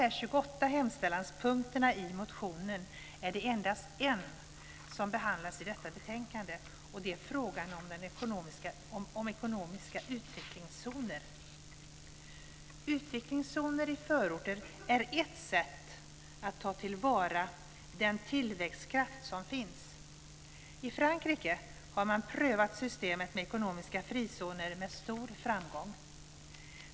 Av de 28 hemställanspunkterna i motionen är det endast en som behandlas i detta betänkande, och det är frågan om ekonomiska utvecklingszoner. Utvecklingszoner i förorter är ett sätt att ta till vara den tillväxtkraft som finns. I Frankrike har man prövat systemet med ekonomiska frizoner med stor framgång.